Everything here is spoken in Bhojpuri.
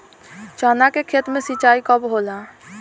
चना के खेत मे सिंचाई कब होला?